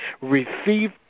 Receive